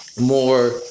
more